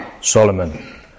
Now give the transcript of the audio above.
Solomon